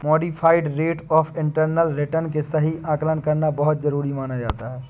modified rate of internal return के सही आकलन करना बहुत जरुरी माना जाता है